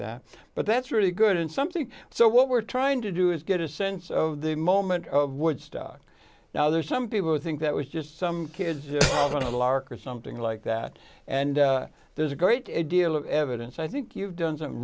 that but that's really good and something so what we're trying to do is get a sense of the moment of woodstock now there's some people who think that was just some kids on a lark or something like that and there's a great deal of evidence i think you've done some